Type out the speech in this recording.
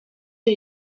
für